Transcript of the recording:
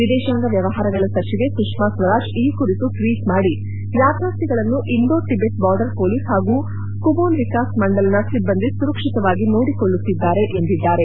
ವಿದೇತಾಂಗ ವ್ಯವಹಾರಗಳ ಸಚಿವೆ ಸುಷ್ಮಾ ಸ್ವರಾಜ್ ಈ ಕುರಿತು ಟ್ವೀಟ್ ಮಾಡಿ ಯಾತ್ರಾರ್ಥಿಗಳನ್ನು ಇಂಡೋ ಟಬೆಟ್ ಬಾರ್ಡರ್ ಪೊಲೀಸ್ ಹಾಗೂ ಕುಮೋನ್ ವಿಕಾಸ್ ಮಂಡಲ್ನ ಸಿಬ್ಬಂದಿ ಸುರಕ್ಷಿತವಾಗಿ ನೋಡಿಕೊಳ್ಳುತ್ತಿದ್ದಾರೆ ಎಂದಿದ್ದಾರೆ